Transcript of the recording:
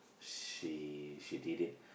she she did it